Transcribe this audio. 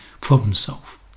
problem-solve